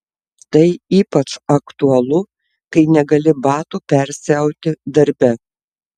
tai ypač aktualu kai negali batų persiauti darbe